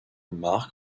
marc